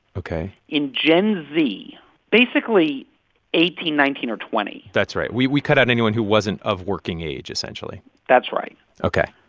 ok. in gen z basically eighteen, nineteen or twenty. twenty. that's right. we we cut out anyone who wasn't of working age, essentially that's right ok.